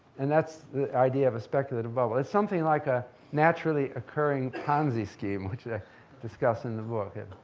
and that's the idea of a speculative bubble. it's something like a naturally-occurring ponzi scheme, which i discuss in the book.